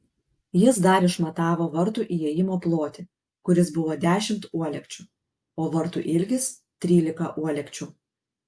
jis dar išmatavo vartų įėjimo plotį kuris buvo dešimt uolekčių o vartų ilgis trylika uolekčių